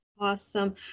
Awesome